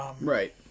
Right